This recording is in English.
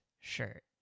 shirt